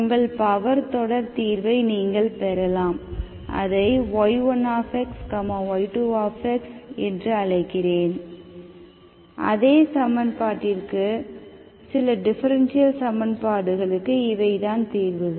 உங்கள் பவர் தொடர் தீர்வை நீங்கள் பெறலாம் அதை y1 y2 என்று அழைக்கிறேன் அதே சமன்பாட்டிற்கு சில டிஃபரென்ஷியல் சமன்பாடுகளுக்கு இவை தான் தீர்வுகள்